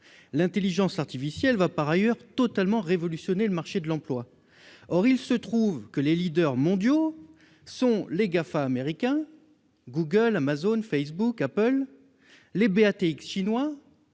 L'intelligence artificielle va, par ailleurs, totalement révolutionner le marché de l'emploi. Il se trouve que les leaders mondiaux sont les GAFA américains- Google, Amazon, Facebook, Apple -et les BATX chinois-